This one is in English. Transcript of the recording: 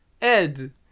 Ed